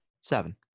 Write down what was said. Seven